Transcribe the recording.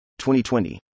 2020